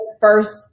first